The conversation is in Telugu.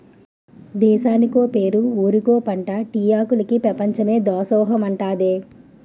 దేశానికో పేరు ఊరికో పంటా టీ ఆకులికి పెపంచమే దాసోహమంటాదే